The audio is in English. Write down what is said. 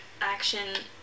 action